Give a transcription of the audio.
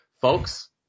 folks